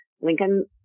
Lincoln